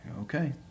Okay